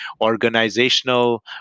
organizational